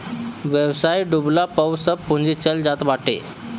व्यवसाय डूबला पअ सब पूंजी चल जात बाटे